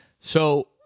So-